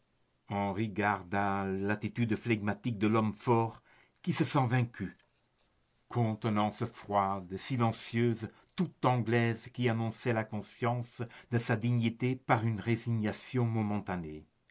l'attitude flegmatique de l'homme fort qui se sent vaincu contenance froide silencieuse tout anglaise qui annonçait la conscience de sa dignité par une résignation momentanée